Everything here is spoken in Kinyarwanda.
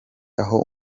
aho